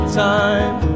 time